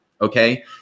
Okay